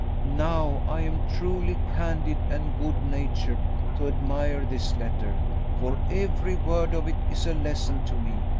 now, i am truly candid and good-natured to admire this letter for every word of it is a lesson to me,